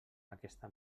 aquesta